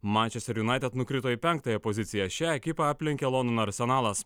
mančester junaited nukrito į penktąją poziciją šią ekipą aplenkė londono arsenalas